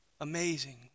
amazing